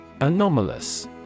Anomalous